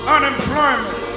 Unemployment